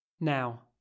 Now